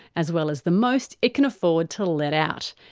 as well as the most it can afford to let out.